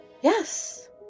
Yes